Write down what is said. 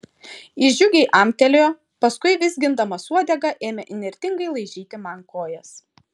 jis džiugiai amtelėjo paskui vizgindamas uodegą ėmė įnirtingai laižyti man kojas